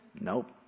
Nope